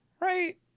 Right